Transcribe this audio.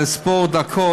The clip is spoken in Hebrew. לספור דקות,